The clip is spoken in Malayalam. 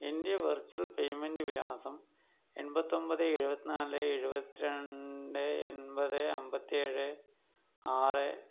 എന്റെ വെർച്വൽ പയ്മെന്റ്റ് വിലാസം എൺപത്തി ഒൻപത് എഴുപത്തിനാല് എഴുപത്തി രണ്ട് എണ്പത് അന്പത്തിഏഴ് ആറ്